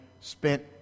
spent